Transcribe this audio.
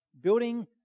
Building